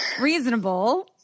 reasonable